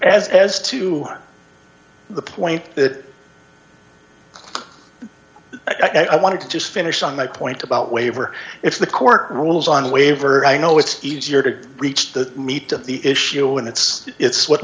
as to the point that i want to just finish on my point about waiver if the court rules on waiver i know it's easier to reach the meat of the issue when it's it's what